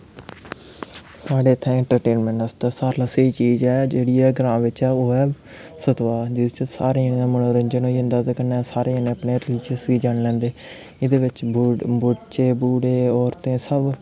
साढ़ै इत्थै इंट्रटेन बास्तै सारें कोला दा स्हेई चीज ऐ जेह्ड़ी ऐ ग्रांऽ बिच्च ऐ ओह् ऐ ओह् ऐ सतवाह् जिस च सारें जनें दा मनोरंजन होई जंदा ओह्दी बजह कन्नै सारे जनें अपने रल्जियस गी जानी लैंदे एह्दे बिच्च बच्चे बुड्ढे औरतां सब